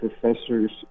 professors